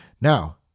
Now